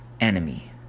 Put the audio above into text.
enemy